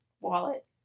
wallet